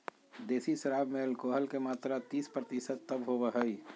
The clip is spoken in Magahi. देसी शराब में एल्कोहल के मात्रा तीस प्रतिशत तक होबो हइ